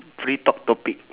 free talk topic